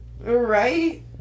Right